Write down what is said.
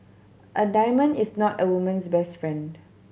a diamond is not a woman's best friend